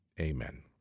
Amen